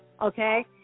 Okay